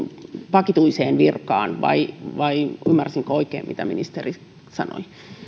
vakituiseen virkaan vai vai ymmärsinkö oikein mitä ministeri sanoi